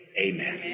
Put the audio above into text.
Amen